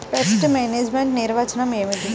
Pest management నిర్వచనం ఏమిటి?